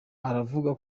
aravuga